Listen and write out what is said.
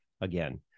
again